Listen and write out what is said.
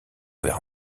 vers